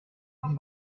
the